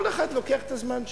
כל אחד לוקח את הזמן שלו.